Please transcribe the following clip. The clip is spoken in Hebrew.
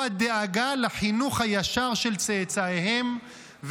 הוא הדאגה לחינוך הישר של צאצאיהם,